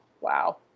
wow